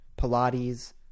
Pilates